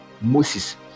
Moses